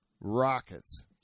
rockets